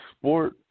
sport